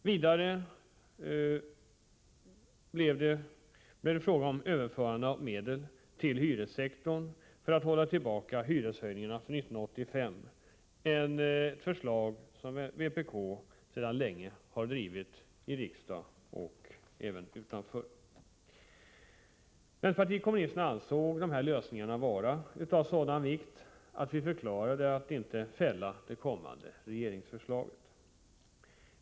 Vidare blev det fråga om överförande av medel till hyressektorn för att hålla tillbaka hyreshöjningarna för 1985, ett förslag som vpk sedan länge har drivit bl.a. i riksdagen. Vänsterpartiet kommunisterna ansåg dessa lösningar vara av sådan vikt att vi förklarade att vi inte skulle fälla det kommande regeringsförslaget.